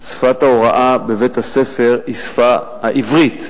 שפת ההוראה בבית-הספר היא השפה העברית,